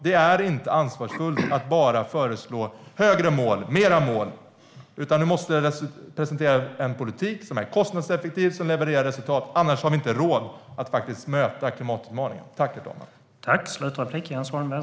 Det är inte ansvarsfullt att bara föreslå högre mål och fler mål, Jens Holm. Du måste presentera en politik som är kostnadseffektiv och som levererar resultat. Annars har vi inte råd att möta klimatutmaningen.